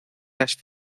las